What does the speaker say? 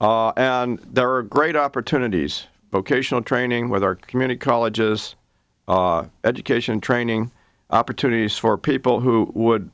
and there are great opportunities vocational training with our community colleges education training opportunities for people who would